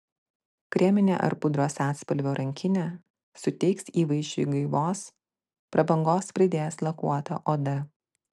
kreminė ar pudros atspalvio rankinė suteiks įvaizdžiui gaivos prabangos pridės lakuota oda